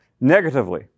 negatively